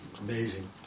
amazing